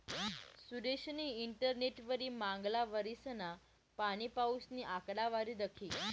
सुरेशनी इंटरनेटवरी मांगला वरीसना पाणीपाऊसनी आकडावारी दखी